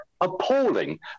appalling